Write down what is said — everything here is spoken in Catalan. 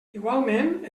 igualment